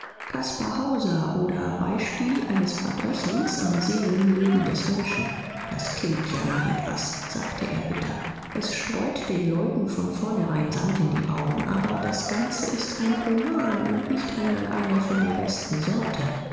hauser oder beispiel eines verbrechens am seelenleben des menschen das klingt ja nach etwas sagte er bitter es streut den leuten von vornherein sand in die augen aber das ganze ist ein roman und nicht einmal einer von der besten sorte